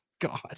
God